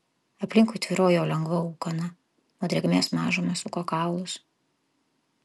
aplinkui tvyrojo lengva ūkana nuo drėgmės mažumą suko kaulus